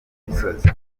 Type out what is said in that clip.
misozi